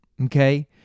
okay